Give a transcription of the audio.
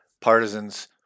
partisans